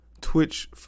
Twitch